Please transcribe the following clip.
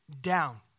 down